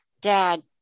dad